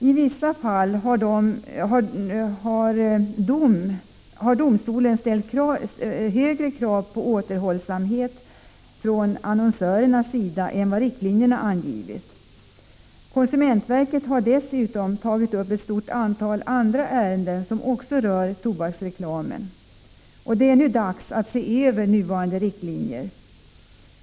I vissa fall har domstolen ställt högre krav på återhållsamhet från annonsörernas sida än vad riktlinjerna angivit. Konsumentverket har dessutom tagit upp ett stort antal andra ärenden som också rör tobaksreklamen, och det är nu dags att se över nuvarande riktlinjer.